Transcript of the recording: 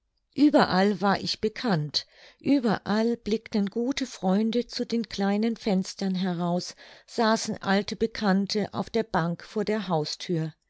überrall war ich bekannt überall blickten gute freunde zu den kleinen fenstern heraus saßen alte bekannte auf der bank vor der hausthür